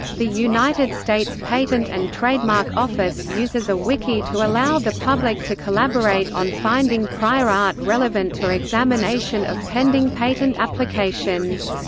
the united states patent and trademark office uses a wiki to allow the public to collaborate on finding prior art relevant to examination of pending patent applications.